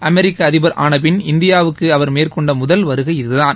அமெிக்க அதிபர் ஆன பின் இந்தியாவுக்கு அவர் மேற்கொண்ட முதல் வருகை இதுதான்